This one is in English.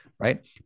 Right